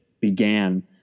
began